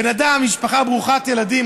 בן אדם עם משפחה ברוכת ילדים,